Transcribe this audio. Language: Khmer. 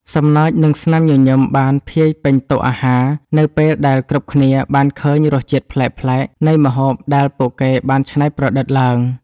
សំណើច និងស្នាមញញឹមបានភាយពេញតុអាហារ នៅពេលដែលគ្រប់គ្នាបានឃើញរសជាតិប្លែកៗនៃម្ហូបដែលពួកគេបានច្នៃប្រឌិតឡើង។